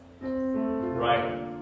Right